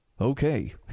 Okay